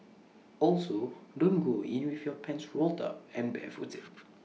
also don't go in with your pants rolled up and barefooted